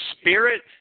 spirit